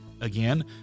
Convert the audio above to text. Again